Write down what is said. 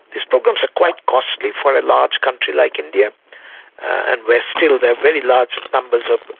these programs are quite costly for a large country like india and we're still, there are very large numbers of,